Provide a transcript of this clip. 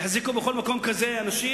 יחזיקו בכל מקום כזה אנשים?